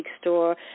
store